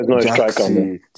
Jackson